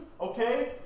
okay